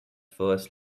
first